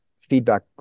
feedback